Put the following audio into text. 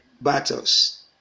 battles